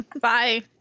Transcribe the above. Bye